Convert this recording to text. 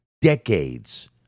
decades